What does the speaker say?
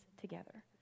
together